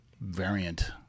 variant